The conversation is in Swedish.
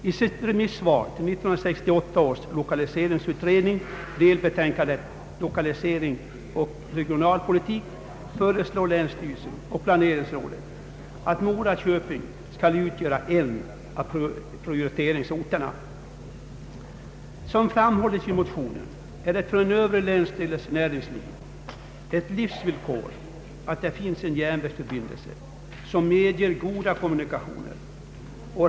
I sitt remissyttrande till 1968 års lokaliseringutrednings delbetänkande ”Lokaliseringsoch regionalpolitik” föreslår länsstyrelsen och planeringsrådet, att Mora köping skall utgöra en av prioriteringsorterna. Såsom framhålles i vår motion är det för den övre länsdelens näringsliv ett livsvillkor att det finns en järnvägsförbindelse, som medger goda kommunikationer.